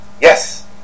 Yes